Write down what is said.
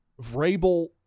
Vrabel